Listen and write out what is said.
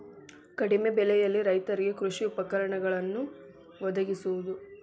ಕಡಿಮೆ ಬೆಲೆಯಲ್ಲಿ ರೈತರಿಗೆ ಕೃಷಿ ಉಪಕರಣಗಳನ್ನು ವದಗಿಸುವದು